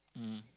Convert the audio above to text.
mmhmm